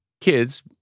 kids